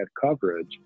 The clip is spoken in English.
coverage